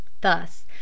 thus